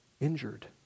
injured